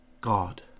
God